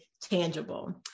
tangible